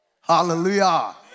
Hallelujah